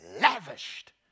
lavished